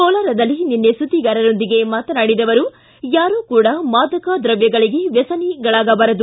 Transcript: ಕೋಲಾರದಲ್ಲಿ ನಿನ್ನೆ ಸುದ್ದಿಗಾರರೊಂದಿಗೆ ಮಾತನಾಡಿದ ಅವರು ಯಾರೂ ಕೂಡ ಮಾದಕ ದ್ರವ್ಯಗಳಿಗೆ ವ್ಯಸನಿಗಳಾಗಬಾರದು